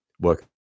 work